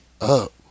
up